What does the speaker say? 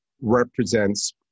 represents